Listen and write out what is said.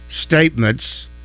statements